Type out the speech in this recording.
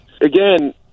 again